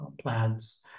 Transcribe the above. plans